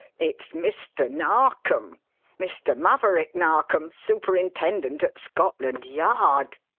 it's mr. narkom mr. maverick narkom, superintendent at scotland yard!